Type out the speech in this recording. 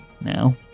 now